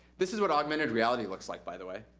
this is what augmented reality looks like, by the way.